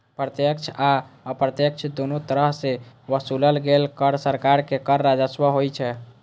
प्रत्यक्ष आ अप्रत्यक्ष, दुनू तरह सं ओसूलल गेल कर सरकार के कर राजस्व होइ छै